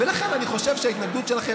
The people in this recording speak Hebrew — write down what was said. ולכן אני חושב שההתנגדות שלכם,